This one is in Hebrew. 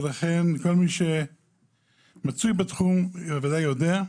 וכל מי שמצוי בתחום בוודאי יודע,